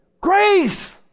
grace